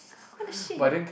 what the shit